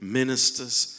ministers